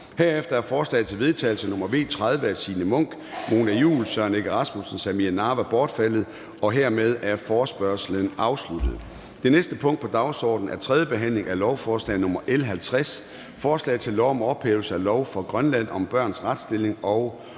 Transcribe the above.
er forslag til vedtagelse nr. V 30 af Signe Munk (SF), Mona Juul (KF), Søren Egge Rasmussen (EL) og Samira Nawa (RV) bortfaldet. Hermed er forespørgslen afsluttet. --- Det næste punkt på dagsordenen er: 2) 3. behandling af lovforslag nr. L 50: Forslag til lov om ophævelse af lov for Grønland om børns retsstilling og